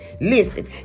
Listen